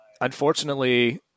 unfortunately